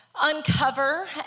uncover